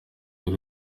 rero